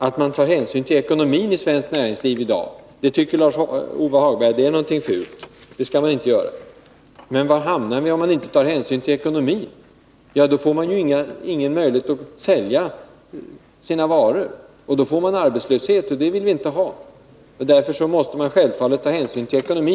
Att man i dag tar hänsyn till ekonomin i svenskt näringsliv tycker Lars-Ove Hagberg är någonting fult. Det skall man inte göra. Men var hamnar vi, om man inte tar hänsyn till ekonomin? Då får man ju ingen möjlighet att sälja sina varor. Då får man arbetslöshet, men det vill vi inte ha. Därför måste man självfallet ta hänsyn till ekonomin.